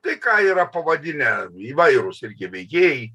tai ką yra pavadinę įvairūs irgi veikėjai